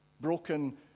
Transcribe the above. broken